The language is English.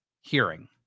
hearing